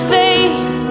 faith